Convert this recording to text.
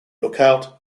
lookout